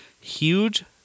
huge